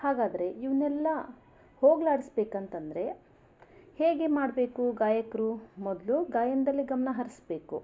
ಹಾಗಾದ್ರೆ ಇವನ್ನೆಲ್ಲ ಹೋಗಲಾಡಿಸ್ಬೇಕಂತಂದರೆ ಹೇಗೆ ಮಾಡ್ಬೇಕು ಗಾಯಕರು ಮೊದಲು ಗಾಯನದಲ್ಲೆ ಗಮನ ಹರಿಸ್ಬೇಕು